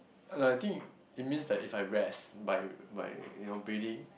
like I think it means that if I rest by by you know breathing